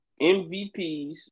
mvps